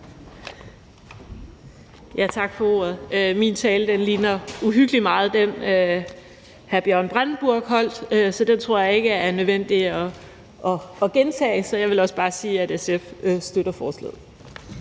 Tak for ordet. Min tale ligner uhyggelig meget den, hr. Bjørn Brandenborg holdt, så den tror jeg ikke er nødvendig at gentage. Så jeg vil også bare sige, at SF støtter forslaget.